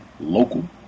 local